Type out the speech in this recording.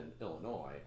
Illinois